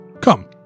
Come